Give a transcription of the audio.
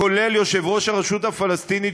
כולל יושב-ראש הרשות הפלסטינית,